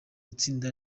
itsinda